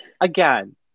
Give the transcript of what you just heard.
again